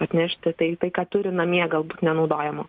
atnešti tai tai ką turi namie galbūt nenaudojamo